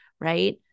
right